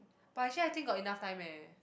but actually I think got enough time eh